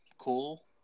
cool